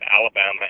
Alabama